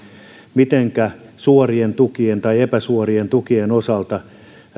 mitenkä suorien tukien tai epäsuorien tukien osalta